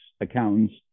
accountants